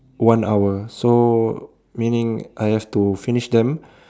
one hour so meaning I have to finish them